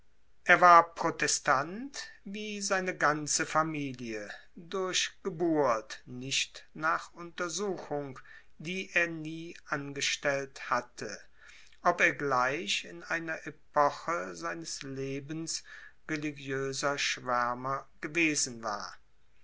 er war protestant wie seine ganze familie durch geburt nicht nach untersuchung die er nie angestellt hatte ob er gleich in einer epoche seines lebens religiöser schwärmer gewesen war